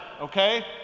okay